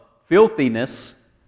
filthiness